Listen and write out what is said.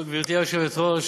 גברתי היושבת-ראש,